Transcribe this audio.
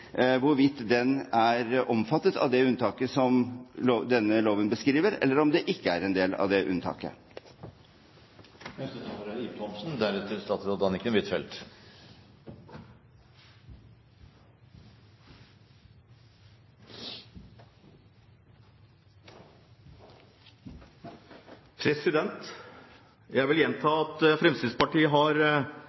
hvorvidt den juridiske ramme som i dag ligger rundt TV 2s sendinger, for å si det slik, er omfattet av det unntaket som denne loven beskriver, eller om det ikke er en del av det unntaket. Jeg vil gjenta at Fremskrittspartiet har